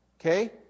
Okay